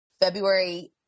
February